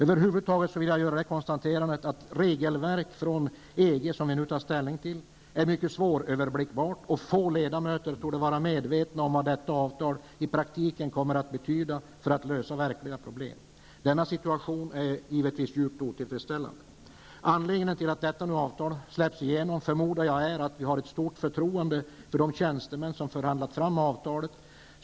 Över huvud taget vill jag göra det konstaterandet att det regelverk från EG som vi nu tar ställning till är mycket svåröverblickbart, och få ledamöter torde vara medvetna om vad detta avtal i praktiken kommer att betyda för att lösa verkliga problem. Denna situation är givetvis djupt otillfredsställande. Jag förmodar att anledningen till att detta avtal nu släpps igenom är att vi har ett stort förtroende för de tjänstemän som har förhandlat fram avtalet.